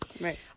right